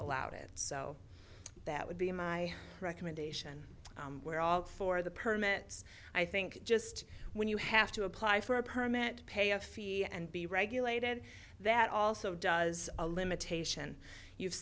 allowed it so that would be my recommendation where all for the permits i think just when you have to apply for a permit to pay a fee and be regulated that also does a limitation you've